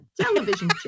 television